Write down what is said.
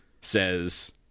says